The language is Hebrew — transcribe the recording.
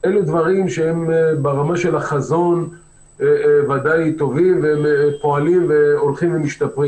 אלה דברים שהם ברמה של החזון ודאי טובים והם הולכים ומשתפרים.